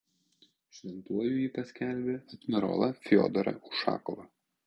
šventuoju ji paskelbė admirolą fiodorą ušakovą